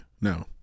No